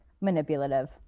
manipulative